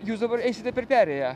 jūs dabar eisite per perėją